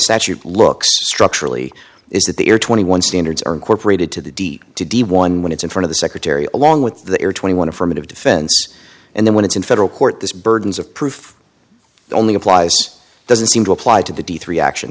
statute looks structurally is that there are twenty one standards are incorporated to the deep deep one when it's in front of the secretary along with the air twenty one affirmative defense and then when it's in federal court this burdens of proof only applies doesn't seem to apply to the death reaction